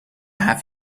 have